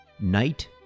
Night